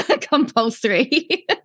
Compulsory